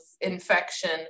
infection